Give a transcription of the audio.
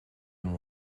and